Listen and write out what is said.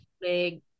big